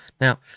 Now